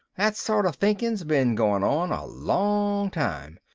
that sort of thinking's been going on a long time.